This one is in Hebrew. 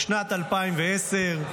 בשנת 2010,